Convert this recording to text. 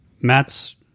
Matt's